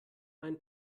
mein